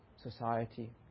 society